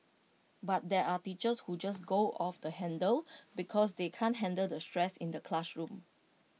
but there are teachers who just go off the handle because they can't handle the stress in the classroom